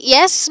Yes